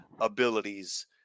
abilities